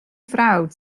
frawd